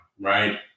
right